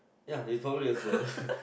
ya it's probably us lah